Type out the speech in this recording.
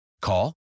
Call